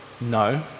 No